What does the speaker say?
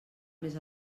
més